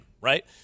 Right